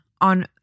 on